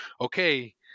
okay